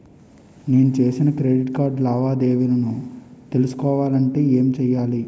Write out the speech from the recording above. నేను చేసిన credit card లావాదేవీలను తెలుసుకోవాలంటే ఏం చేయాలి?